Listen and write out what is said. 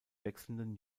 wechselnden